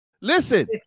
Listen